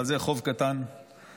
אבל זה חוב קטן לגדעון.